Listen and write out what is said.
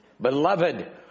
Beloved